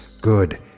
good